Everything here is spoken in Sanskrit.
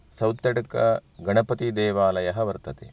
सौतडक गणपतिदेवालयः वर्तते